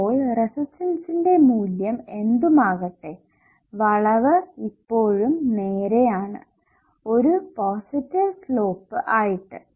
ഇപ്പോൾ റെസിസ്റ്ററിന്റെ മൂല്യം എന്തുമാകട്ടെ വളവ് ഇപ്പോഴും നേരെ ആണ് ഒരു പോസിറ്റീവ് സ്ലോപ്പ് ആയിട്ട്